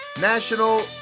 National